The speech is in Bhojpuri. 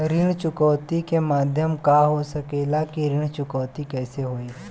ऋण चुकौती के माध्यम का हो सकेला कि ऋण चुकौती कईसे होई?